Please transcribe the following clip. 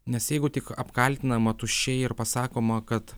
nes jeigu tik apkaltinama tuščiai ir pasakoma kad